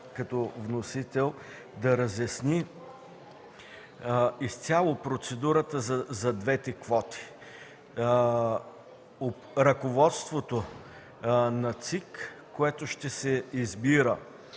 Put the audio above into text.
като вносител да разясни изцяло процедурата за двете квоти. Ръководството на Централната избирателна